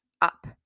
up